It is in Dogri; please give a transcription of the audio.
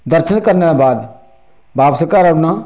दर्शन करने दे बाद बापस घर औन्नां